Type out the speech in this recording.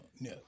no